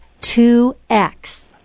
2X